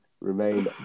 Remain